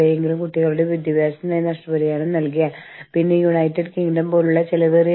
ചില സ്ഥലങ്ങളിൽ ധാരാളം പുക ധാരാളം ചൂട് ലോഹത്തിന്റെ കഷണങ്ങൾ ചുറ്റും പറക്കുന്നു